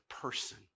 Person